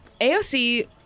AOC